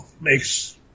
makes